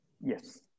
Yes